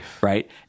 right